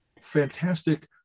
fantastic